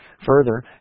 Further